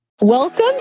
Welcome